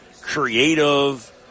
creative